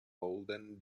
golden